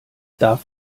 darf